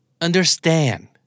Understand